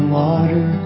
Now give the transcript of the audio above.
water